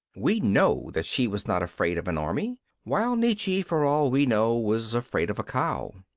we know that she was not afraid of an army, while nietzsche, for all we know, was afraid of a cow.